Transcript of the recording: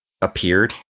appeared